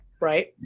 right